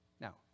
Now